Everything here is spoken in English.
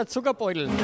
Zuckerbeutel